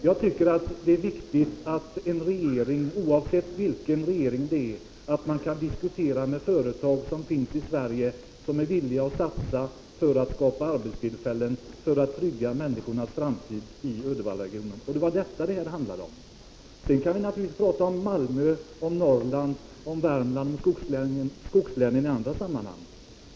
Jag tycker att det är viktigt att en regering, oavsett vilken, skall kunna diskutera med företag som finns i Sverige och som är villiga att göra satsningar för att skapa arbetstillfällen som tryggar människornas framtid i Uddevallaregionen. Det var detta det handlade om. Sedan kan vi naturligtvis tala om Malmö, Norrland, Värmland och skogslänen i andra sammanhang.